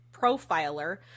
profiler